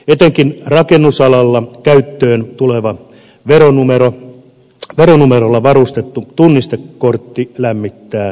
etenkin rakennusalalla käyttöön tuleva veronumerolla varustettu tunnistekortti lämmittää sydäntäni